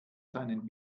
seinen